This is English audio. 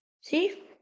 See